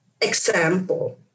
example